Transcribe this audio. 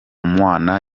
mwana